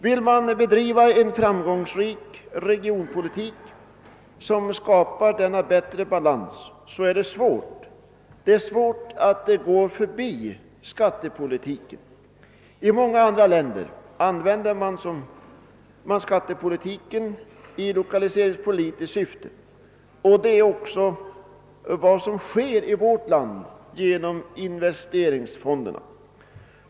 Vill man bedriva en framgångsrik regionpolitik, som skapar denna bättre balans, är det svårt att gå förbi skattepolitiken. I många länder används skattepolitiken i lokaliseringspolitiskt syfte, och det är vad som sker även i vårt land genom investeringsfonderna.